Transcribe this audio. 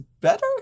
better